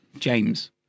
James